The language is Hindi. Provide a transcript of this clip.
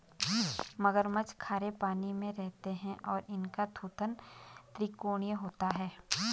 मगरमच्छ खारे पानी में रहते हैं और इनका थूथन त्रिकोणीय होता है